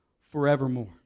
forevermore